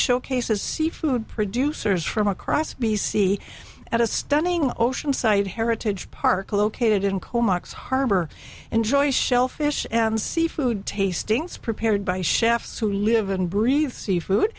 showcases seafood producers from across b c at a stunning ocean site heritage park located in comix harbor enjoys shellfish and seafood tastings prepared by chefs who live and breathe seafood